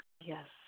Yes